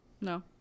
No